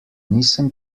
nisem